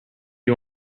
you